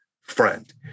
friend